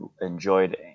enjoyed